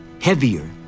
heavier